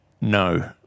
No